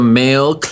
male